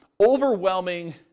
overwhelming